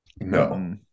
No